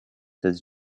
his